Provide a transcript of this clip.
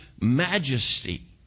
majesty